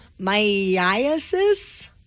myiasis